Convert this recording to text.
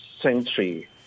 century